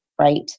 right